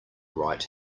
right